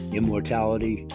immortality